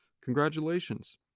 congratulations